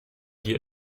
dir